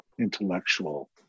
intellectual